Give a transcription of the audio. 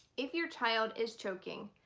if your child is choking,